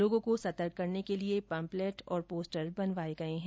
लोगों को सतर्क करने के लिए पंपलेट पोस्टर बनवाए गए हैं